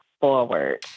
forward